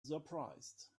surprised